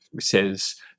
says